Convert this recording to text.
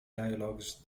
dialogues